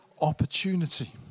opportunity